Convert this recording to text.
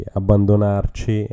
abbandonarci